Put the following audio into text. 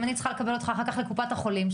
אם אני צריכה לקבל אותך אחר כך לקופת החולים,